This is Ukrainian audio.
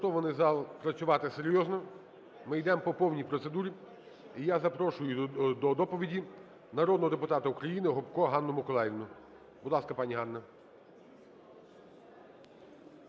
Налаштований зал працювати серйозно. Ми йдемо по повній процедурі. І я запрошую до доповіді народного депутата УкраїниГопко Ганну Миколаївну. Будь ласка, пані Ганна.